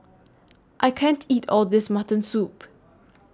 I can't eat All of This Mutton Soup